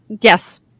Yes